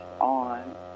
on